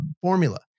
Formula